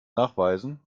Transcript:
nachweisen